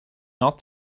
not